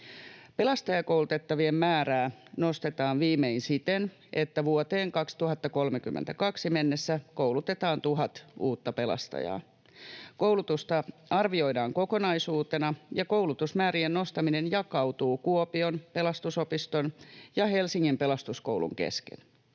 Pelastajakoulutettavien määrää nostetaan viimein siten, että vuoteen 2032 mennessä koulutetaan tuhat uutta pelastajaa. Koulutusta arvioidaan kokonaisuutena, ja koulutusmäärien nostaminen jakautuu Kuopion Pelastusopiston ja Helsingin Pelastuskoulun kesken.